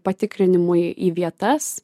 patikrinimui į vietas